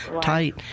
tight